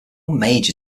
major